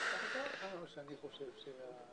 קיבלנו אישור להמשיך.